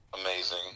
Amazing